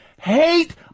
hate